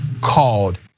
called